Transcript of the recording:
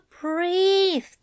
breathe